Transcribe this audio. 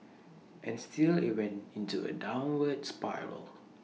and still IT went into A downward spiral